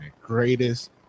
Greatest